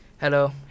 Hello